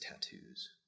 tattoos